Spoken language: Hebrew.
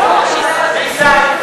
ניסן,